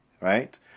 right